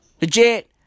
Legit